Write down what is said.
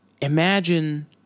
Imagine